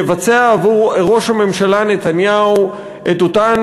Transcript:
יבצע עבור ראש הממשלה נתניהו את אותן